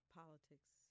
politics